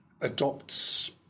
adopts